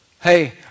Hey